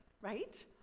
right